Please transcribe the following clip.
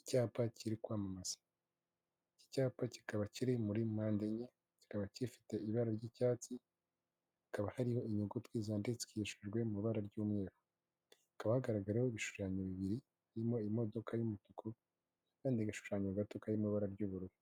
Icyapa kiri kwamamaza, iki cyapa kikaba kiri muri mpande enye kikaba gifite ibara ry'icyatsi, hakaba hariho inyuguti zandikishijwe mu ibara ry'umweru, hakaba hagaragaraho ibishushanyo bibiri, birimo imodoka y'umutuku n'akandi gashushanyo gato kari mu ibara ry'ubururu,